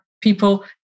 people